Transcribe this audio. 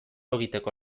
egiteko